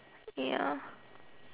ya